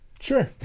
sure